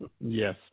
Yes